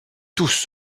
tous